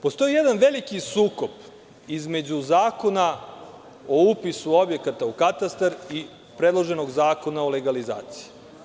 Postoji jedan veliki sukob između Zakona o upisu objekata u katastar i predloženog zakona o legalizaciji.